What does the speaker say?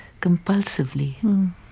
compulsively